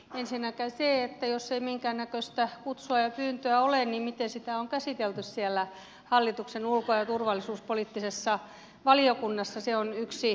ensinnäkin se jos ei minkäännäköistä kutsua ja pyyntöä ole miten sitä on käsitelty siellä hallituksen ulko ja turvallisuuspoliittisessa valiokunnassa on yksi kysymys